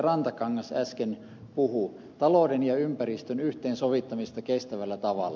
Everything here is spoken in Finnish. rantakangas äsken puhui talouden ja ympäristön yhteensovittamisesta kestävällä tavalla